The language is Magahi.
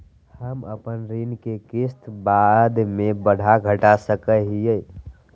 हम अपन ऋण के किस्त बाद में बढ़ा घटा सकई हियइ?